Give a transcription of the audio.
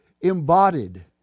embodied